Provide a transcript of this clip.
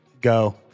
Go